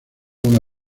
una